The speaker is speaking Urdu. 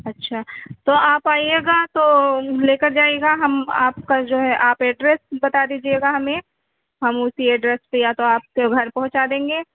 اچھا تو آپ آئیے گا تو لے کر جائیے گا ہم آپ کا جو ہے آپ ایڈریس بتا دیجیے گا ہمیں ہم اسی ایڈریس پہ یا تو آپ کے گھر پہونچا دیں گے